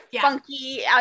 funky